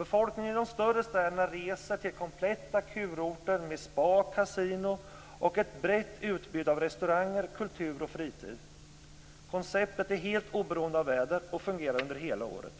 Befolkningen i de större städerna reser till kompletta kurorter med spa, kasino och ett brett utbud av restauranger, kultur och fritid. Konceptet är helt oberoende av väder och fungerar under hela året.